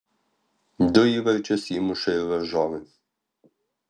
du įvarčius įmuša ir varžovai